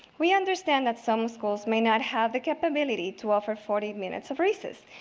we understand that some schools may not have the capability to offer forty minutes of recess.